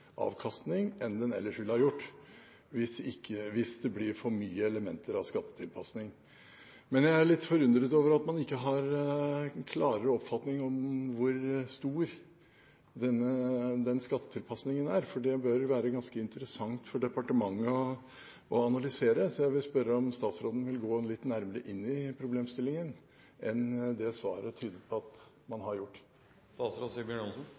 avkastning enn den ellers ville ha gjort hvis det blir for mye elementer av skattetilpasning. Jeg er litt forundret over at man ikke har en klarere oppfatning om hvor stor den skattetilpasningen er, for det bør jo være ganske interessant for departementet å analysere. Jeg vil derfor spørre om statsråden vil gå litt nærmere inn i problemstillingen enn det svaret tyder på at man